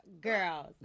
girls